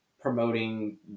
promoting